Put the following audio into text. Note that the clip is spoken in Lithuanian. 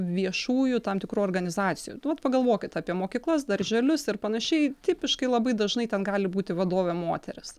viešųjų tam tikrų organizacijų nu vat pagalvokit apie mokyklas darželius ir panašiai tipiškai labai dažnai ten gali būti vadovė moteris